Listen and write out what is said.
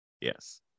Yes